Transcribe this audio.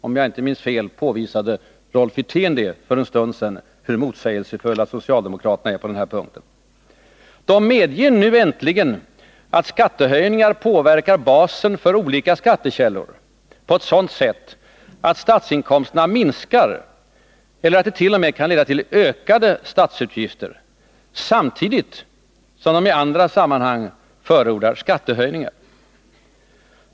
Om jag inte minns fel påvisade Rolf Wirtén för en stund sedan hur motsägelsefulla socialdemokraterna är på den här punkten. De medger nu äntligen att skattehöjningar påverkar basen för olika skattekällor på ett sådant sätt, att statsinkomsterna minskar eller att det t.o.m. kan leda till ökade statsutgifter, samtidigt som de i andra sammanhang förordar skattehöjningar.